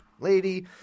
lady